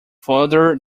further